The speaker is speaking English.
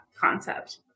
concept